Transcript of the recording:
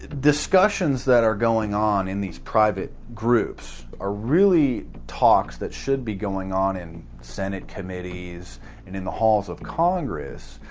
the discussions that are going on in these private groups are really talks that should be going on in senate committees and in the halls of congress,